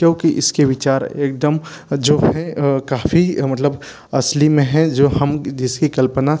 क्यूँकि इसके विचार एकदम जो हैं काफ़ी मतलब असली में हैं जो हम जिसकी कल्पना